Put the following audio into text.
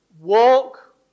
walk